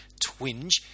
twinge